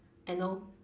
I know